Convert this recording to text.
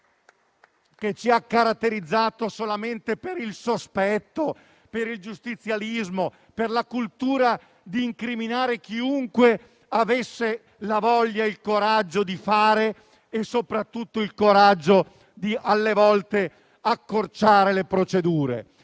Paese caratterizzato solamente per il sospetto, per il giustizialismo, per la cultura di incriminare chiunque avesse la voglia e il coraggio di fare e soprattutto il coraggio, talvolta, di accorciare le procedure.